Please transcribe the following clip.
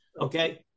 Okay